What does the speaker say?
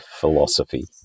philosophy